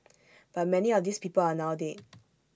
but many of these people are now dead